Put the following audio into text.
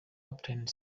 obtained